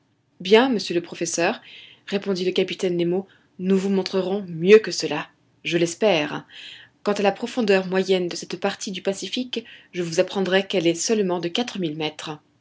bien monsieur le professeur répondit le capitaine nemo nous vous montrerons mieux que cela je l'espère quant à la profondeur moyenne de cette partie du pacifique je vous apprendrai qu'elle est seulement de quatre mille mètres